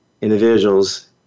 individuals